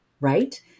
right